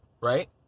right